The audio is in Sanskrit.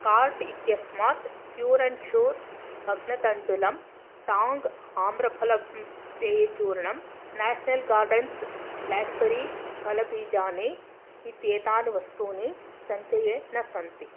कार्ट् इत्यस्मात् प्यूर् एण्ड् शूर् भग्नतण्डुलम् टाङ्ग् आम्रफलम् पेय चूर्णम् न्याशनल् गार्डेन्स् ब्लाक्बेरी फलबीजानि इत्येतानि वस्तूनि सञ्चये न सन्ति